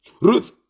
Ruth